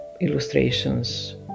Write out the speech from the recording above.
illustrations